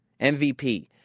MVP